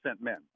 men